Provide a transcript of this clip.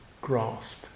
grasp